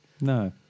no